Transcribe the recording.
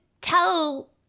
tell